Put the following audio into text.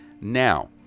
Now